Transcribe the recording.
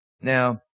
now